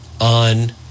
on